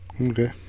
Okay